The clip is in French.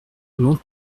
long